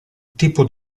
tipo